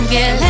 Get